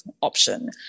option